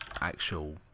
actual